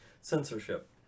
censorship